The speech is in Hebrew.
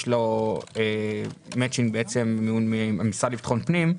יש לו מצ'ינג מהמשרד לביטחון הפנים.